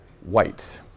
white